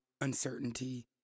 uncertainty